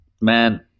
man